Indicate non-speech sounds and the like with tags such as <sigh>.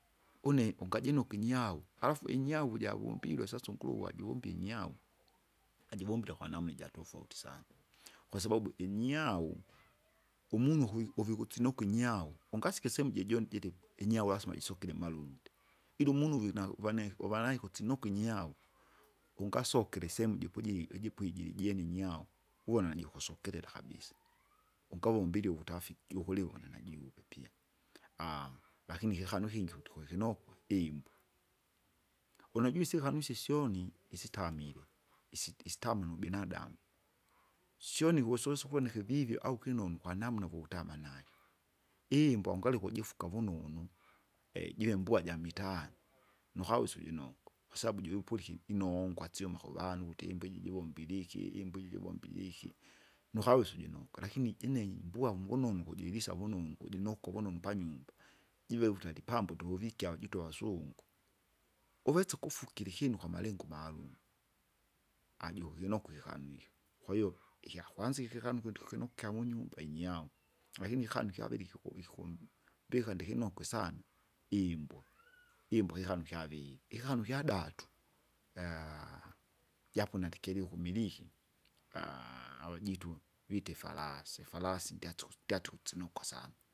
Une ungajinuka inyau, alafu inyau uja avumbilwe sasa nkuruwa ajivumbe inyau. Ajivumbire ukwanamna ijatofauti sana, kwasababua inyau <noise> umunu ukui- ukisinika inyau kinyau, ungasike isehemu jojoni jiri inyau lasima jisokele mmalundi. Ila umunu vina uvaneke uvalai ukusinukwa inyau, ungasokere isemu jipuji ijipwi jilijene inyau, uwona jikusokerera kabisa, <noise> ungavomba ilyo uvutafikti jukulivona najue pia. <hesitation> lakini kikanu ikingi ukuti kwekinokwa imbwa. Unajua isikanu nuswe isyoni, isitamilwe, isi- isitamwi nubinadamu. Syoni kusosya uvona kivivya au kinunu kwanamna ukutamanivyo, imbwa ungali ukujifuka vunonu, <hesitation> jive mbua jamitaani, <noise> nukawesa ujinoko, kasabu juwipuliki inoongwa syuma kuvaandu ukuti imbwa jivombile iki imbwi iji jivombile iki. Nukawesa ujinokwa lakini jini imbua mukununu ukujilisa vunonu kujinoko vunonu panyumba, jive vutali pambo tuvuvikya jitoa asungu, uwetsa ukufugire ikinu kwamarengo maalumu. Ajukukinokwa ikikanu ikyo, kwahiyo ikyakwanzia ikikanu ikyo ndikukinokya munyumba inyau, <noise> lakini ikikanu kyaviri ikiku- ikikumbika ndikinokwe sana, iimbwa, <noise> imbwa kikono kyaviri, ikikanu ikyadatu <hesitation> japo nandikeliwe ukumiliki, <hesitation> avajitu vite ifarasi, ifarasi ndyatsusu- ndyatukusinukwa sana.